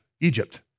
Egypt